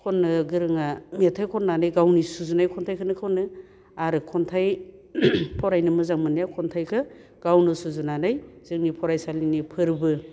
खननो गोरोङा मेथाइ खननानै गावनि सुजुनाय खन्थाइखोनो खनो आरो खन्थाइ फरायनो मोजां मोननाया खन्थाइखो गावनो सुजुनानै जोंनि फरायसालिनि फोरबो